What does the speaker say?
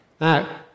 Now